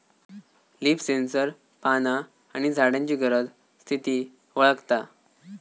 leaf sensor पाना आणि झाडांची गरज, स्थिती वळखता